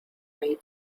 way